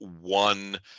one